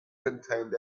contained